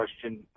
question